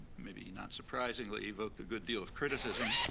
maybe not surprisingly, evoked a good deal of criticism.